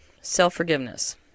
self-forgiveness